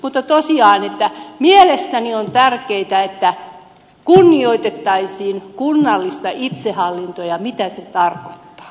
mutta tosiaan mielestäni on tärkeätä että kunnioitettaisiin kunnallista itsehallintoa ja sitä mitä se tarkoittaa